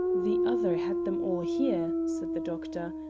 the other had them all here, said the doctor,